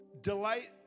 delight